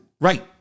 Right